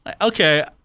Okay